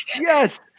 Yes